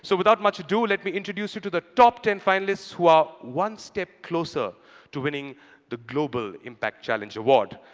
so without much ado, let me introduce you to the top ten finalists, who are one step closer to winning the global impact challenge award.